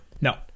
No